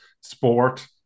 sport